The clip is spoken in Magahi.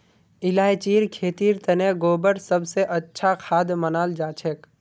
इलायचीर खेतीर तने गोबर सब स अच्छा खाद मनाल जाछेक